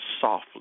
softly